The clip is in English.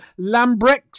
Lambrex